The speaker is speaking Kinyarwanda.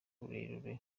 rurerure